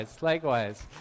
Likewise